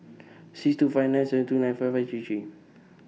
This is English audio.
six two five nine seven two nine five three three